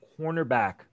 cornerback